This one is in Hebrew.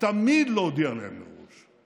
תמיד להודיע להם מראש.